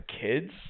kids